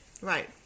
Right